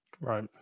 right